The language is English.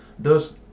Thus